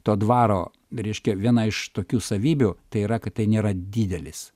to dvaro reiškia viena iš tokių savybių tai yra kad tai nėra didelis